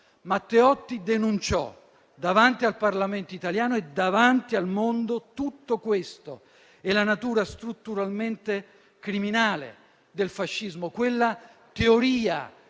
Matteotti denunciò davanti al Parlamento italiano e davanti al mondo tutto questo e la natura strutturalmente criminale del fascismo, quella "teoria